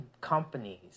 companies